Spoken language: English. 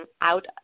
out